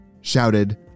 shouted